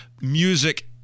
Music